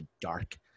dark